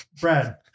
Brad